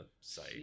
site